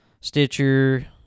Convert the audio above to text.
Stitcher